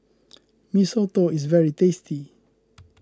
Mee Soto is very tasty